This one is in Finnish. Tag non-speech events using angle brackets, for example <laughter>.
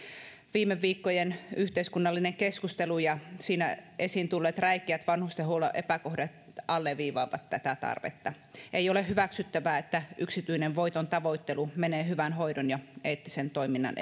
viime viikkojen yhteiskunnallinen keskustelu ja siinä esiin tulleet räikeät vanhustenhuollon epäkohdat alleviivaavat tätä tarvetta ei ole hyväksyttävää että yksityinen voitontavoittelu menee hyvän hoidon ja eettisen toiminnan <unintelligible>